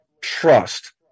trust